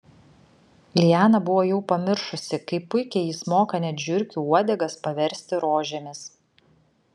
liana buvo jau pamiršusi kaip puikiai jis moka net žiurkių uodegas paversti rožėmis